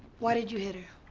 why did you hit her?